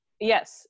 Yes